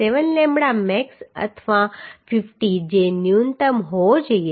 7 lambda max અથવા 50 જે ન્યૂનતમ હોવો જોઈએ